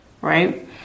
Right